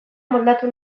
moldatu